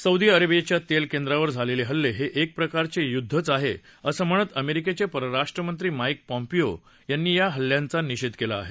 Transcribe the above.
Saudi अरेबियाच्या तेल केंद्रांवर झालेले हल्ले हे एक प्रकारचे युद्धच आहे असं म्हणत अमेरिकेचे परराष्ट्रमंत्री माईक पॉम्पीयो यांनी या हल्ल्यांचा निषेध केला आहे